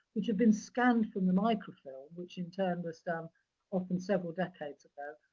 which have been scanned from the microfilm, which in turn was done often several decades ago,